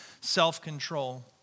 self-control